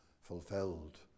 fulfilled